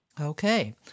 Okay